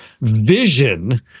vision